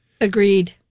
Agreed